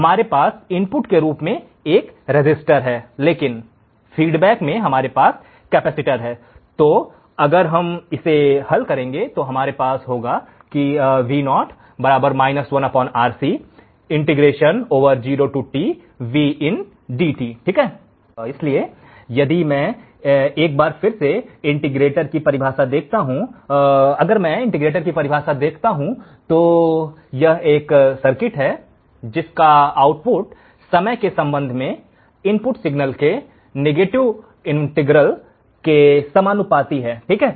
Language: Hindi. हमारे पास इनपुट के रूप में एक रसिस्टर है लेकिन फीडबैक में हमारे पास कैपेसिटर है तो अगर हम इसे हल करेंगे तो हमारे पास होगा कि इसलिए अगर मैं एक बार फिर से इंटीग्रेटर की परिभाषा को देखता हूं अगर मैं इंटीग्रेटर की परिभाषा को देखता हूं तो यह एक सर्किट है जिसका आउटपुट समय के संबंध में इनपुट सिग्नल के नीगेटिव इंटीग्रल से समानुपाती है